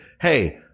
hey –